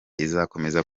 izakomeza